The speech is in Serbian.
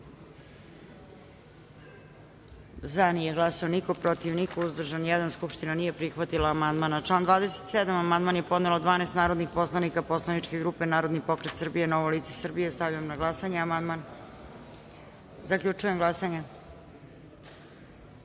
– nije glasao niko, protiv – niko, uzdržan – jedan. Skupština nije prihvatila amandman. Na član 66. amandman je podnelo 12 narodnih poslanika poslaničke grupe Narodni pokret Srbije – Novo lice Srbije. Stavljam na glasanje amandman. Zaključujem glasanje: